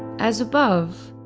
as above,